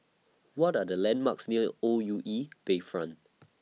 What Are The landmarks near O U E Bayfront